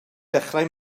dechrau